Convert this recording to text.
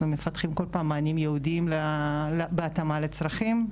אנחנו מפתחים כל פעם מענים ייעודיים בהתאמה לצרכים.